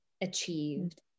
achieved